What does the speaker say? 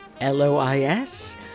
L-O-I-S-